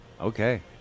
Okay